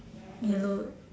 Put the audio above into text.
yellow